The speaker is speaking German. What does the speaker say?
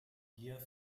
gier